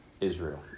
Israel